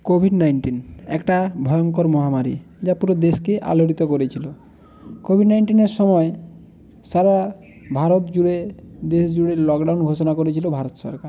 Covid nineteen একটা ভয়ঙ্কর মহামারী যা পুরো দেশকে আলোড়িত করেছিলো কোভিড নাইনটিনের সময় সারা ভারত জুড়ে দেশ জুড়ে লকডাউন ঘোষণা করেছিলো ভারত সরকার